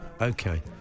Okay